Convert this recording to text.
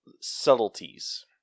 subtleties